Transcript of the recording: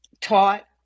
taught